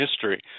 history